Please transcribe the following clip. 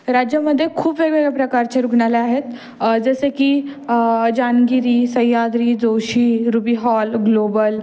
राज्यामध्ये खूप वेगवेगळ्या प्रकारचे रुग्णालय आहेत जसे की Jehangir Sahyadri Joshi Ruby Hall global